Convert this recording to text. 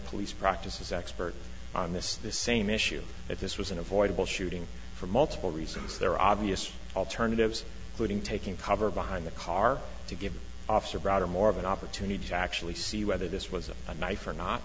police practices expert on this the same issue that this was an avoidable shooting for multiple reasons there are obvious alternatives putting taking cover behind the car to give officer broader more of an opportunity to actually see whether this was a knife or not